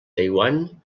taiwan